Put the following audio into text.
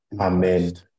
Amen